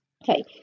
Okay